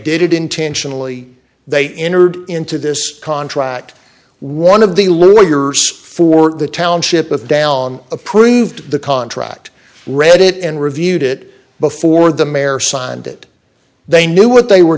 did it intentionally they entered into this contract one of the little your school for the township of down approved the contract read it and reviewed it before the mayor signed it they knew what they were